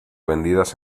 vendidas